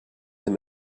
him